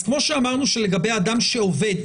כמו שאמרנו שלגבי אדם שעובד,